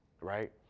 right